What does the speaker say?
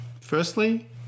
firstly